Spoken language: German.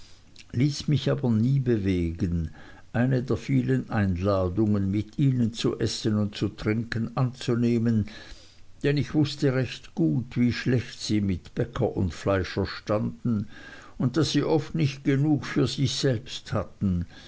ließ mich aber nie bewegen eine der vielen einladungen mit ihnen zu essen und zu trinken anzunehmen denn ich wußte recht gut wie schlecht sie mit bäcker und fleischer standen und daß sie oft nicht genug für sich selbst hatten